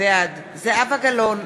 בעד זהבה גלאון,